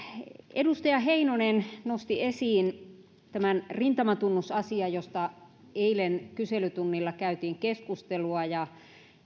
edustaja heinonen nosti esiin tämän rintamatunnusasian josta eilen kyselytunnilla käytiin keskustelua